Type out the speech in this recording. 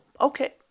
Okay